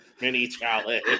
mini-challenge